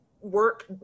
work